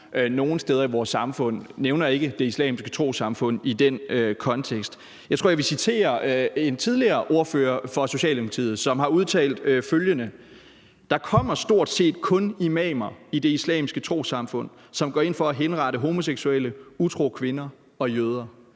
nogle steder i vores samfund, men nævner ikke det islamiske trossamfund i den kontekst. Jeg tror, jeg vil citere en tidligere ordfører for Socialdemokratiet, som har udtalt følgende: »... der kommer stort set kun imamer i Det Islamiske Trossamfund, som går ind for at henrette homoseksuelle, utro kvinder og jøder«.